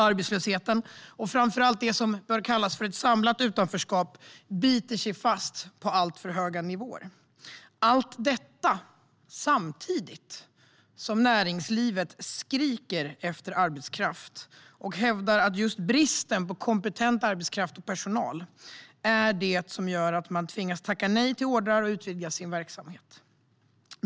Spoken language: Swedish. Arbetslösheten, och framför allt det som bör kallas för ett samlat utanförskap, biter sig fast på alltför höga nivåer. Allt detta sker samtidigt som näringslivet skriker efter arbetskraft och hävdar att just bristen på kompetent arbetskraft och personal är det som gör att man tvingas tacka nej till order och till att utvidga sin verksamhet.